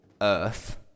earth